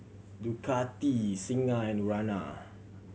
Ducati Singha and Urana